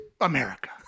America